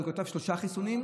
אז הוא כתב שלושה חיסונים,